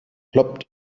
ploppt